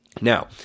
now